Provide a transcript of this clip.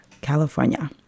California